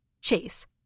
Chase